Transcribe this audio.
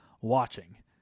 watching